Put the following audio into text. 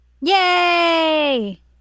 Yay